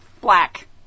Black